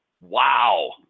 Wow